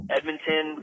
Edmonton